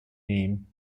name